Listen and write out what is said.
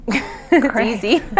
Crazy